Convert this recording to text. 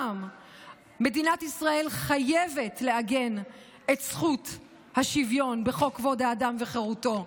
מדינת ישראל חייבת לעגן את זכות השוויון בחוק-יסוד: כבוד האדם וחירותו,